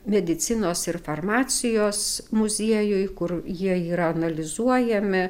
medicinos ir farmacijos muziejui kur jie yra analizuojami